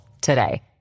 today